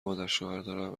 مادرشوهردارم